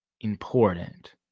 important